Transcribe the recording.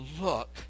look